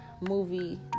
movie